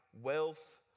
wealth